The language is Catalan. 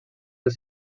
els